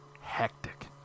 hectic